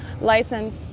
license